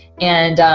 and